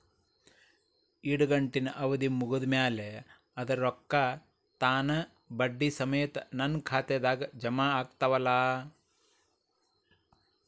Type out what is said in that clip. ಇಡಗಂಟಿನ್ ಅವಧಿ ಮುಗದ್ ಮ್ಯಾಲೆ ಅದರ ರೊಕ್ಕಾ ತಾನ ಬಡ್ಡಿ ಸಮೇತ ನನ್ನ ಖಾತೆದಾಗ್ ಜಮಾ ಆಗ್ತಾವ್ ಅಲಾ?